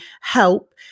help